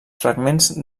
fragments